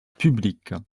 publiques